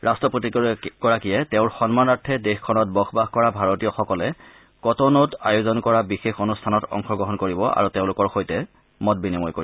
ৰাট্টপতিগৰাকীয়ে তেওঁৰ সন্মানাৰ্থে দেশখনত বসবাস কৰা ভাৰতীয় সকলে কটনৌত আয়োজন কৰা বিশেষ অনুষ্ঠানত অংশগ্ৰহণ কৰিব আৰু তেওঁলোকৰ লগত মত বিনিময় কৰিব